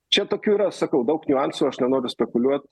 čia tokių yra sakau daug niuansų aš nenoriu spekuliuot